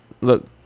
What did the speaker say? Look